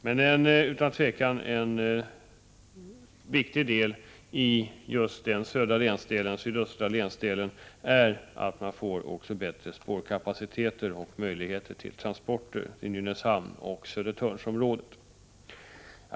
Men utan tvivel är det viktigt att just den sydöstra länsdelen får bättre spårkapacitet och möjligheter till transporter i Nynäshamnsoch Södertörnsområdet.